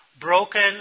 broken